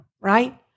right